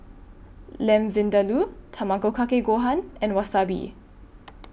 Lamb Vindaloo Tamago Kake Gohan and Wasabi